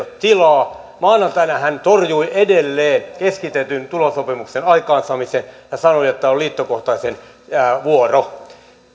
tilaa maanantaina hän torjui edelleen keskitetyn tulosopimuksen aikaansaamisen ja sanoi että on liittokohtaisten vuoro